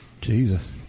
Jesus